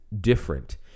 different